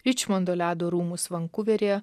ičmondo ledo rūmus vankuveryje